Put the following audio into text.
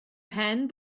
pen